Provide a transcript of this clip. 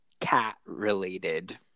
cat-related